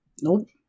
Nope